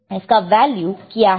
तो इसका वैल्यू क्या है